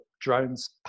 drones